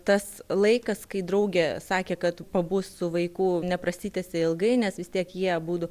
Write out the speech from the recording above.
tas laikas kai draugė sakė kad pabus su vaiku neprasitęsė ilgai nes vis tiek jie abudu